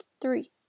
three